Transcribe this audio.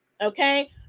okay